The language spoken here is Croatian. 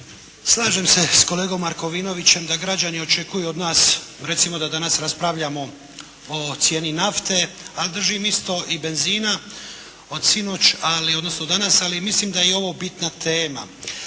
Slažem se s kolegom Markovinovićem da građani očekuju od nas recimo da danas raspravljamo o cijeni nafte, ali držim isto, i benzina od sinoć ali odnosno danas, ali mislim da je ovo bitna tema.